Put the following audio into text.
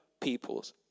peoples